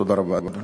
תודה רבה, אדוני.